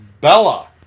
bella